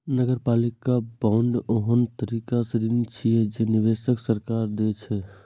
नगरपालिका बांड ओहन तरहक ऋण छियै, जे निवेशक सरकार के दै छै